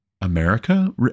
America